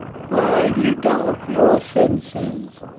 why do you doubt your senses?